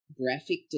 graphic